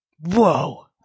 Whoa